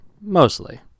mostly